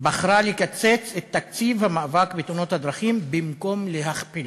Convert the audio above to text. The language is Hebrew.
בחרה לקצץ את תקציב המאבק בתאונות הדרכים במקום להכפילו.